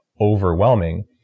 overwhelming